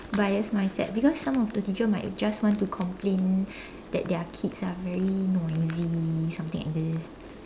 bias mindset because some of the teacher might just want to complain that their kids are very noisy something like this